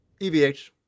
EVH